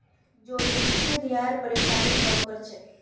जौ डिप्थिरियार परेशानीक कम कर छेक